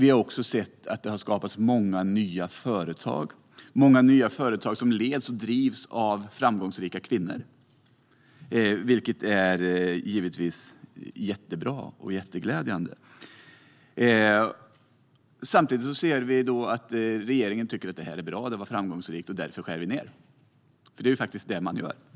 Vi har också sett att det har skapats många nya företag som leds och drivs av framgångsrika kvinnor, vilket givetvis är jättebra och jätteglädjande. Samtidigt ser vi att regeringen tycker att det här är bra och framgångsrikt och därför skär ned på det. Det är faktiskt det man gör.